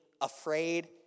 afraid